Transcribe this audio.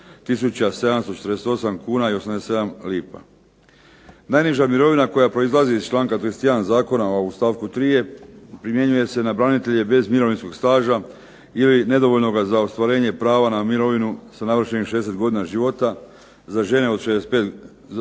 7748,87 kuna. Najniža mirovina koja proizlazi iz članka 31. zakona u stavku 3. primjenjuje se na branitelje bez mirovinskog staža ili nedovoljnoga za ostvarenje prava na mirovinu sa navršenih 60 godina života za žene, odnosno 65 godina